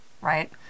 right